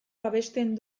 babesten